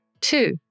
Two